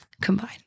combined